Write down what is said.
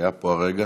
היה פה הרגע.